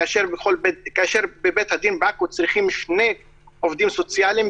כאשר בבית הדין בעכו צריכים שני עובדי סוציאליים,